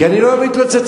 אני לא מתלוצץ,